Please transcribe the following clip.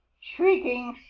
shrieking,